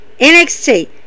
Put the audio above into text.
NXT